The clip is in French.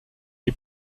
est